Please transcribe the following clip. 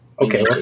Okay